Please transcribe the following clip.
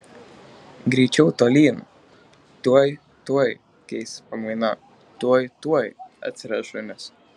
greičiau tolyn tuoj tuoj keisis pamaina tuoj tuoj atsiras šunys